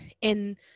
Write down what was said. in-